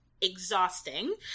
exhausting